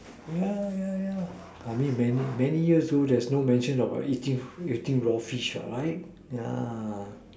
yeah yeah yeah I mean many years ago there's no mention about eating eating raw fish right yeah